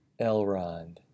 Elrond